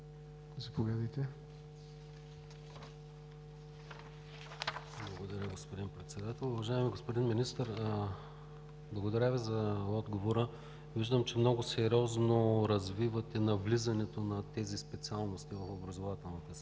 БОЙЧЕВ (ГЕРБ): Благодаря, господин Председател. Уважаеми господин Министър, благодаря Ви за отговора. Виждам, че много сериозно развивате навлизането на тези специалности в образователната система